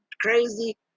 crazy